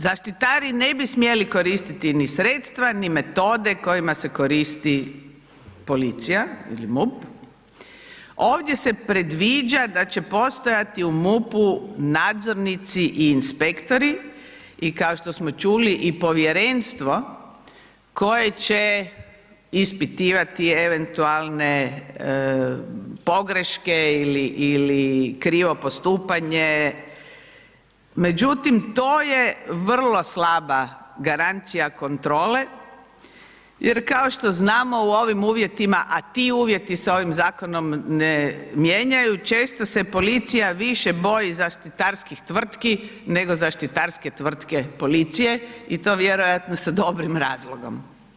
Zaštitari ne bi smjeli koristiti ni sredstva ni metode kojima se koristi policija ili MUP, ovdje se predviđa da će postojati u MUP-u nadzornici i inspektori i kao što smo čuli, i povjerenstvo koje će ispitivati eventualne pogreške ili krivo postupanje, međutim, to je vrlo slaba garancija kontrole jer kao što znamo, u ovim uvjetima, a ti uvjeti se ovim zakonom ne mijenjaju, često se policija više boji zaštitarskih tvrtki nego zaštitarske tvrtke policije i to vjerojatno sa dobrim razlogom.